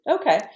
Okay